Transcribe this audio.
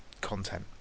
content